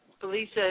Felicia